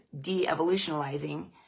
de-evolutionalizing